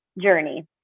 journey